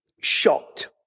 shocked